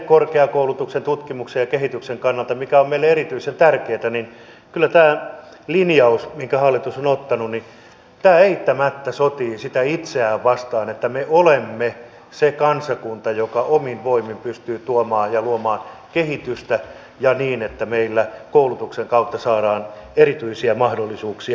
korkeakoulutuksen tutkimuksen ja kehityksen kannalta mikä on meille erityisen tärkeää tämä linjaus minkä hallitus on ottanut kyllä eittämättä sotii sitä vastaan että me olemme se kansakunta joka omin voimin pystyy tuomaan ja luomaan kehitystä niin että meillä koulutuksen kautta saadaan erityisiä mahdollisuuksia